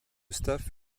staff